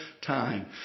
time